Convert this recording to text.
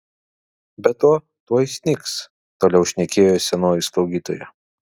be to tuoj snigs toliau šnekėjo senoji slaugytoja